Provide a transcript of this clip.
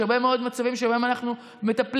יש הרבה מאוד מצבים שבהם אנחנו מטפלים